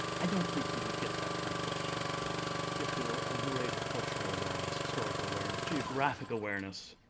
i don't think you would get that kind of question if there were a greater cultural awareness, historical awareness, geographic awareness.